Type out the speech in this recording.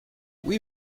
oui